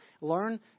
learn